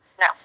No